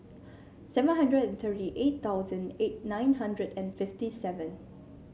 seven hundred and thirty eight thousand eight nine hundred and fifty seven